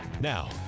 now